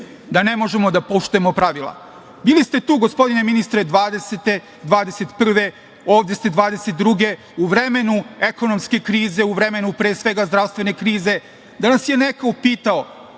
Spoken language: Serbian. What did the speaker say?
da ne možemo da poštujemo pravila. Bili ste tu, gospodine ministre, 2020. godine, 2021. godine, ovde ste 2022. godine u vremenu ekonomske krize, u vremenu pre svega zdravstvene krize, da nas je neko upitao